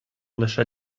лише